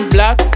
Black